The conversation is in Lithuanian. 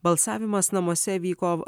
balsavimas namuose vyko